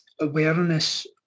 awareness